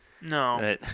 No